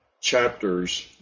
chapters